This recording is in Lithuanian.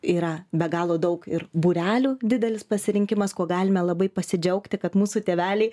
yra be galo daug ir būrelių didelis pasirinkimas kuo galime labai pasidžiaugti kad mūsų tėveliai